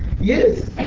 Yes